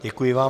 Děkuji vám.